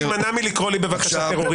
אז בבקשה תמנע מלקרוא לי טרוריסט.